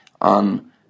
on